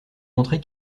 montrer